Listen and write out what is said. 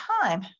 time